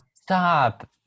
stop